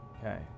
Okay